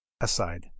aside